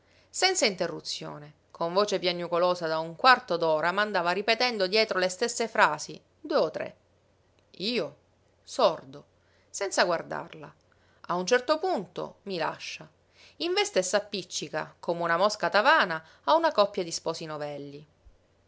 senza interruzione con voce piagnucolosa da un quarto d'ora m'andava ripetendo dietro le stesse frasi due o tre io sordo senza guardarla a un certo punto mi lascia investe e s'appiccica come una mosca tavana a una coppia di sposi novelli